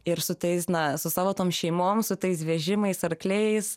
ir su tais na su savo tom šeimom su tais vežimais arkliais